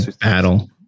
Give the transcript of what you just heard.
battle